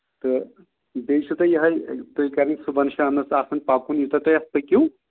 تہٕ بیٚیہِ چھُو تۄہہِ یِہوٚے تُہۍ کَرنہِ صُبحَن شامَنَس آسان پَکُن یوٗتاہ تۄہہِ اَتھ پٔکِو